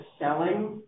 Selling